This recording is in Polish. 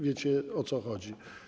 Wiecie, o co chodzi.